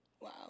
Wow